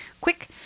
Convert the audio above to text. quick